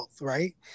Right